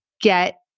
get